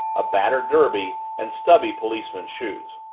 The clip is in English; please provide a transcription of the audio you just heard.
a battered derby, and stubby policeman's shoes.